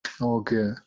Okay